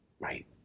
Right